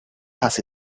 has